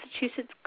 Massachusetts